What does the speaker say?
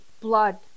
blood